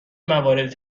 موارد